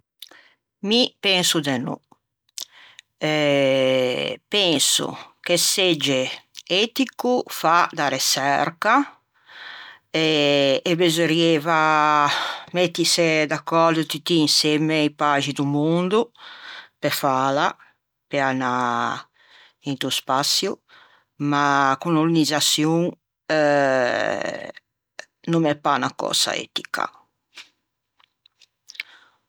Mi penso de no. E penso che segge etico fâ da reçerca e besorrieiva mettise d'accòrdio tutti i paixi do mondo pe fâla pe anâ into spaçio ma a colonizzaçion no me pâ unna cösa etica.